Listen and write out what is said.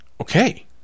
okay